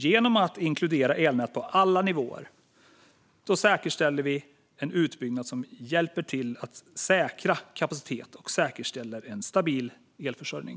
Genom att inkludera elnät på alla nivåer säkerställer vi en utbyggnad som hjälper till att säkra kapacitet och säkerställer en stabil elförsörjning.